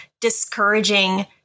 discouraging